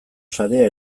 sarea